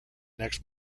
next